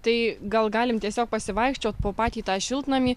tai gal galim tiesiog pasivaikščiot po patį tą šiltnamį